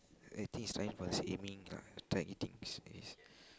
I think it's time for his aiming ah